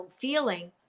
feeling